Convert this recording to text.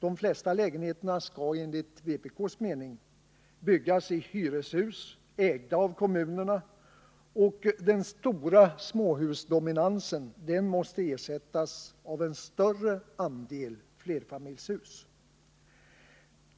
De flesta lägenheterna skall enligt vpk:s mening byggas i hyreshus ägda av kommunerna, och den stora småhusdominansen måste ersättas av en större andel flerfamiljshus.